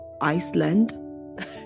Iceland